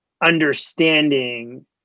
understanding